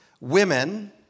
women